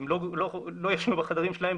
הם לא ישנו בחדר שלהם,